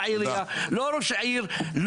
בעירייה, לא ראש העיר.